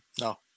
No